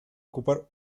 ocupar